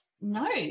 no